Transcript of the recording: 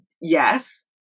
Yes